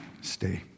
Stay